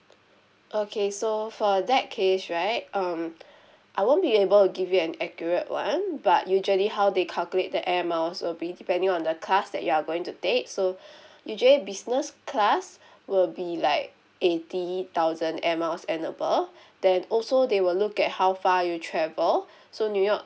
okay so for that case right um I won't be able to give you an accurate one but usually how they calculate the airmiles will be depending on the class that you are going to take so you join business class will be like eighty thousand airmiles and above then also they will look at how far you travel so new york